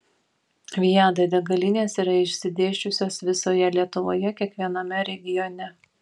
viada degalinės yra išsidėsčiusios visoje lietuvoje kiekviename regione